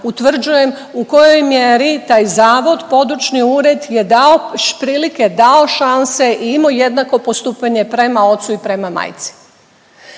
utvrđujem u kojoj mjeri taj zavod, područni ured je dao prilike, dao šanse i imao jednako postupanje prema ocu i prema majci.